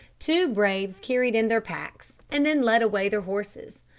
two braves carried in their packs and then led away their horses.